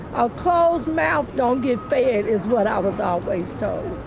ah closed mouth don't get fed, is what i was always told.